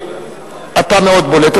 אתה מאוד בולט.